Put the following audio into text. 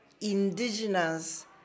indigenous